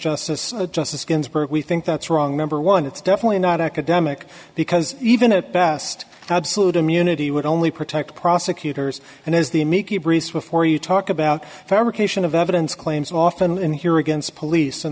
justice justice ginsburg we think that's wrong number one it's definitely not academic because even at best absolute immunity would only protect prosecutors and as the amicus briefs before you talk about fabrication of evidence claims often here against police